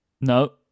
No